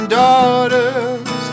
daughters